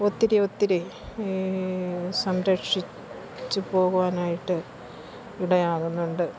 ഒത്തിരിയൊത്തിരി സംരക്ഷിച്ച് പോകുവാനായിട്ട് ഇടായാകുന്നുണ്ട്